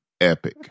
Epic